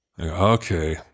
okay